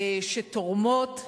שתורמות לעולם,